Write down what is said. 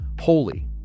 holy